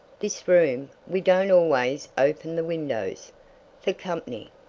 this room we don't always open the windows fer company.